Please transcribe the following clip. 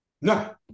No